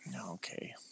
okay